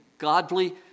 godly